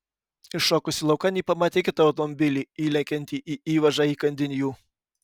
iššokusi laukan ji pamatė kitą automobilį įlekiantį į įvažą įkandin jų